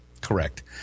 Correct